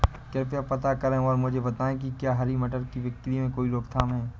कृपया पता करें और मुझे बताएं कि क्या हरी मटर की बिक्री में कोई रोकथाम है?